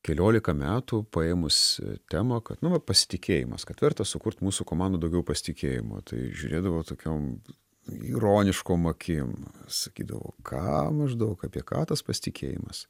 keliolika metų paėmus temą kad nu va pasitikėjimas kad verta sukurt mūsų komandai daugiau pasitikėjimo tai žiūrėdavo tokiom ironiškom akim sakydavo ką maždaug apie ką tas pasitikėjimas